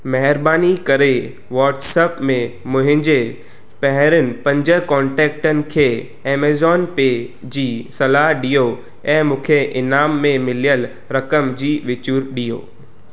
महिरबानी करे व्हाट्सएप में मुंहिंजे पहिरीयनि पंज कोन्टेक्टनि खे एमज़ॉन पे जी सलाहु ॾियो ऐं मूंखे इनाम में मिलियल रक़म जी विचूर ॾियो